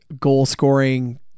goal-scoring